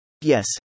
Yes